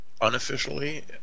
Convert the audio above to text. unofficially